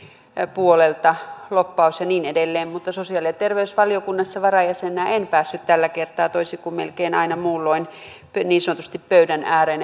puolelta lobbaus ja niin edelleen mutta sosiaali ja terveysvaliokunnassa varajäsenenä en päässyt tällä kertaa toisin kuin melkein aina muulloin niin sanotusti pöydän ääreen